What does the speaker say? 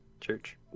church